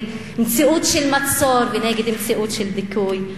מציאות של מצור ונגד מציאות של דיכוי,